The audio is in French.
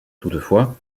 toutefois